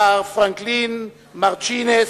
מר פרנקלין מרצ'ינס,